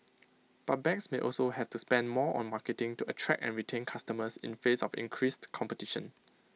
but banks may also have to spend more on marketing to attract and retain customers in face of increased competition